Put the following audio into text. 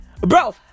Bro